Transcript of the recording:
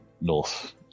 north